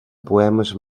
poemes